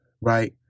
right